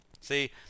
See